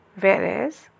whereas